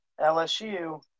LSU